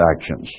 actions